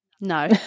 no